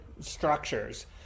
structures